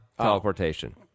teleportation